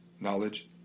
knowledge